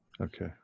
Okay